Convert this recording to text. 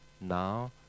now